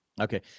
okay